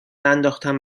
ننداختم